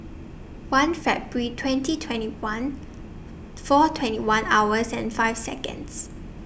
one February twenty twenty one four twenty one hours and five Seconds